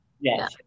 Yes